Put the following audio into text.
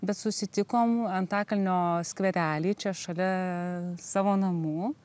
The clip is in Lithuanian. bet susitikom antakalnio skverely čia šalia savo namų